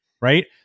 Right